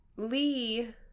Lee